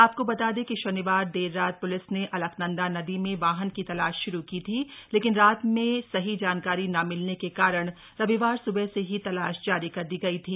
आपको बता दें कि शनिवार देर रात प्लिस ने अलकनंदा नदी में वाहन की तलाश श्रू की थी लेकिन रात में सही जानकारी न मिलने के कारण रविवार स्बह से ही तलाश जारी कर दी गई थी